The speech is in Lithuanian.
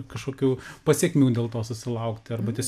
kažkokių pasekmių dėl to susilaukti arba tiesio